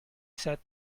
said